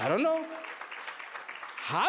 i don't know how